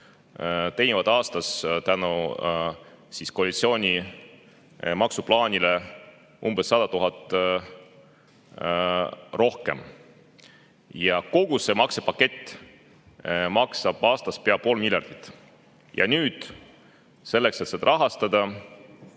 teenivad aastas tänu koalitsiooni maksuplaanile umbes 100 000 [eurot] rohkem. Kogu see maksupakett maksab aastas pea pool miljardit. Ja nüüd selleks, et seda rahastada,